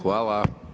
Hvala.